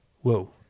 whoa